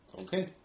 Okay